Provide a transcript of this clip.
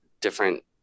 different